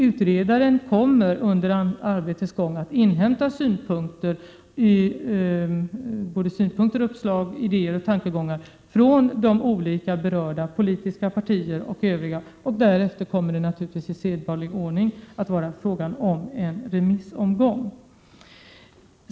Utredaren kommer under arbetets gång att inhämta synpunkter, förslag, idéer och tankegångar från de olika berörda politiska partierna och från övriga. Därefter kommer det naturligtvis att i sedvanlig ordning bli en remissbehandling.